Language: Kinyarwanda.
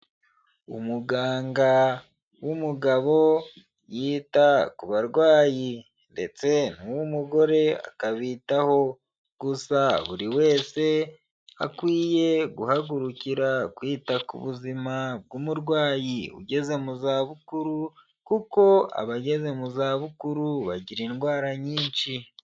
Umuganga w'umugabo yita ku barwayi, ndetse n'w'umugore akabitaho, gusa buri wese akwiye guhagurukira kwita ku buzima bw'umurwayi ugeze mu za bukuru, kuko abageze mu za bukuru bagira indwara nyinshi.